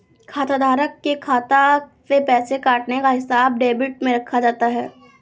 खाताधारक के खाता से पैसे कटने का हिसाब डेबिट में रखा जाता है